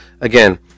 again